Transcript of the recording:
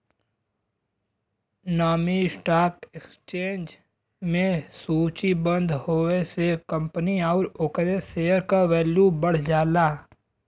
नामी stock exchange में सूचीबद्ध होये से कंपनी आउर ओकरे शेयर क वैल्यू बढ़ जाला